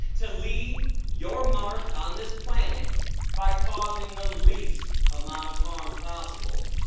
to leave your mark on this planet by causing the least amount of harm possible!